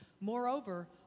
Moreover